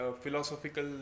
philosophical